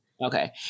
okay